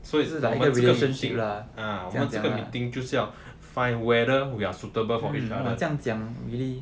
所以是 ah 我们这个 meeting 就是要 find whether we are suitable for each other